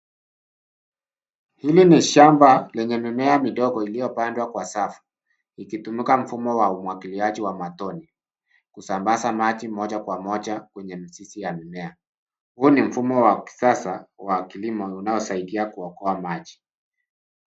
Hili ni shamba lenye mimea midogo iliyopandwa kwa safu, likitumika mfumo wa umwagiliaji wa matone. kusambaza maji moja kwa moja kwenye mizizi ya mimea, huu ni mfumo wa kisasa wa kilimo na unaosaidia kuokoa maji.